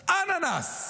אננס.